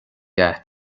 agat